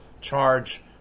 charge